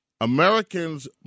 Americans